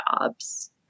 jobs